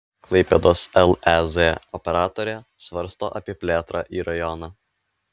klaipėdos lez operatorė svarsto apie plėtrą į rajoną